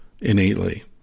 innately